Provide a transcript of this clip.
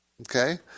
Okay